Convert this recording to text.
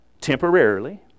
temporarily